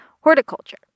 horticulture